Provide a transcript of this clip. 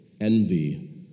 envy